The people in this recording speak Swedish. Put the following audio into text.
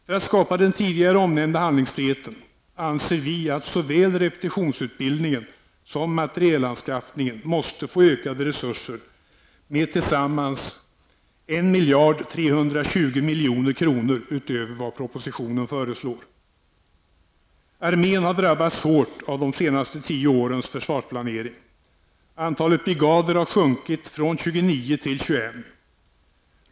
För att skapa den tidigare omnämnda handlingsfriheten anser vi att såväl repetionsutbildningen som materielanskaffningen måste få ökade resurser med tillsammans 1 320 Armén har drabbats hårt av de senaste tio årens försvarsplanering. Antalet brigader har sjunkit från 29 till 21.